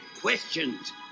questions